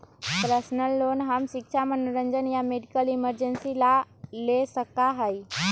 personal loan हम शिक्षा मनोरंजन या मेडिकल इमरजेंसी ला ले सका ही